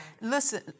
Listen